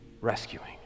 rescuing